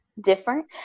different